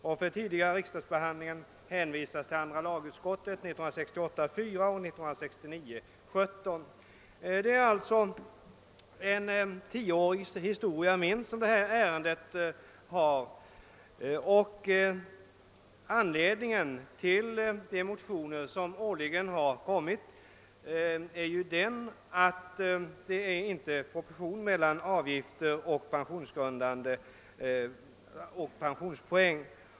För den tidigare riksdagsbehandlingen hänvisas till 2LU 1968: 4 och 1969: 17.» Detta ärende har alltså en minst tioarig historia. Anledningen till de årliga motionerna är att det inte är någon proportion mellan avgifter och pensionspoäng.